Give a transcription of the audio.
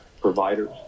providers